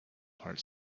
part